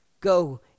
Go